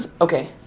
Okay